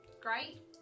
great